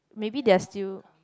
maybe they're still